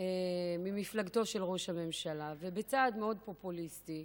ממפלגתו של ראש הממשלה בצעד מאוד פופוליסטי,